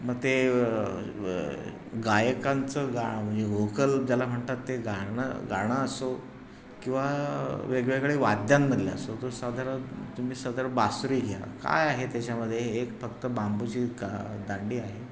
मग ते गायकांचं गा म्हणजे होकल ज्याला म्हणतात ते गाणं गाणं असो किंवा वेगवेगळे वाद्यांमधले असो तो साधारण तुम्ही सदर बासुरी घ्या काय आहे त्याच्यामध्ये एक फक्त बांबूची का दांडी आहे